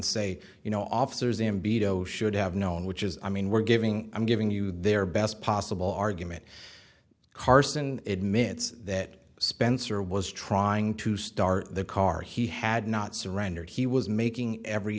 say you know officers embiid oh should have known which is i mean we're giving i'm giving you their best possible argument carson admits that spencer was trying to start the car he had not surrendered he was making every